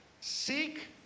Seek